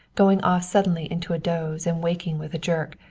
going off suddenly into a doze and waking with a jerk,